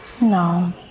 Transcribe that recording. No